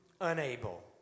unable